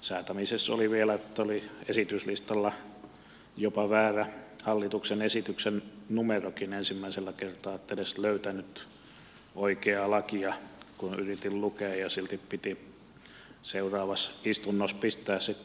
säätämisessä oli vielä se että esityslistalla oli jopa väärä hallituksen esityksen numerokin ensimmäisellä kertaa en edes löytänyt oikeaa lakia kun yritin lukea ja silti piti seuraavassa istunnossa pistää sitten läpi menemään